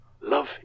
love